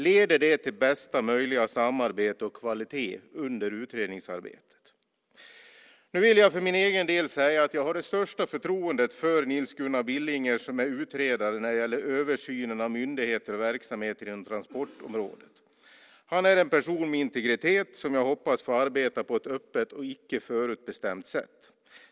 Leder det till bästa möjliga samarbete och kvalitet under utredningsarbetet? Nu vill jag för min egen del säga att jag har det största förtroendet för Nils-Gunnar Billinger, som är utredare när det gäller översynen av myndigheter och verksamheter inom transportområdet. Han är en person med integritet som jag hoppas får arbeta på ett öppet och icke förutbestämt sätt.